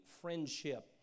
friendship